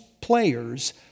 players